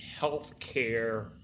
healthcare